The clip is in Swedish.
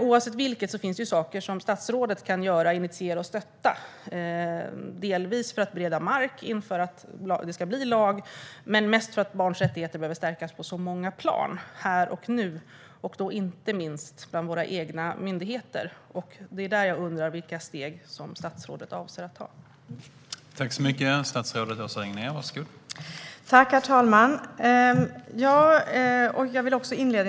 Oavsett vilket finns det ju saker som statsrådet kan göra, initiera och stötta. Detta kan hon göra delvis för att bereda mark inför att detta ska bli lag, men mest för att barns rättigheter behöver stärkas på många plan, här och nu. Det här gäller inte minst bland våra egna myndigheter. Vilka steg avser statsrådet att ta på detta område?